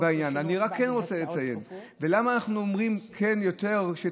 אני כן רוצה לציין למה אנחנו אומרים שצריך